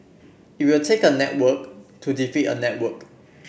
it will take a network to defeat a network